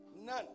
None